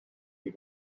you